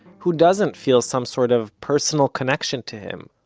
who doesn't feel some sort of personal connection to him,